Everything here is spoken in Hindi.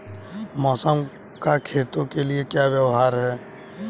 मौसम का खेतों के लिये क्या व्यवहार है?